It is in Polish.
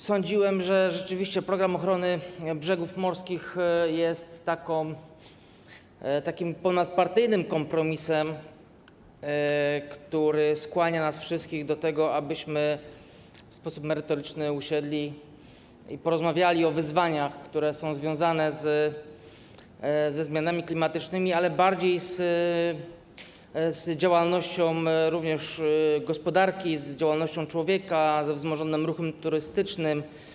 Sądziłem, że rzeczywiście „Program ochrony brzegów morskich” jest ponadpartyjnym kompromisem, który skłania nas wszystkich do tego, abyśmy usiedli i w sposób merytoryczny porozmawiali o wyzwaniach, które są związane ze zmianami klimatycznymi, ale bardziej z działalnością gospodarki, z działalnością człowieka, ze wzmożonym ruchem turystycznym.